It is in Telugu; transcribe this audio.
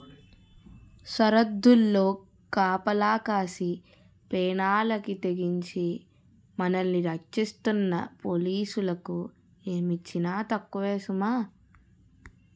సరద్దుల్లో కాపలా కాసి పేనాలకి తెగించి మనల్ని రచ్చిస్తున్న పోలీసులకి ఏమిచ్చినా తక్కువే సుమా